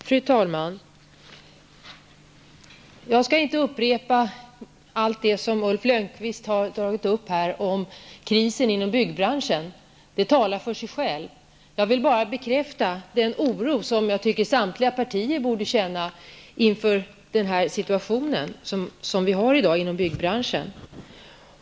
Fru talman! Jag skall inte upprepa allt det som Ulf Lönnqvist har tagit upp här om krisen inom byggbranschen. Det talar för sig själv. Jag vill bara bekräfta den oro som jag tycker samtliga partier borde känna inför den situation som vi har i dag inom byggbranschen.